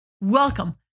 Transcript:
Welcome